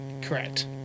Correct